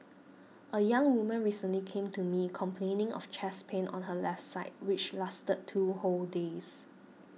a young woman recently came to me complaining of chest pain on her left side which lasted two whole days